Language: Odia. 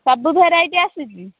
ସବୁ ଭେରାଇଟି ଆସିଛି